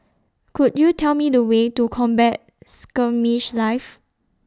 Could YOU Tell Me The Way to Combat Skirmish Live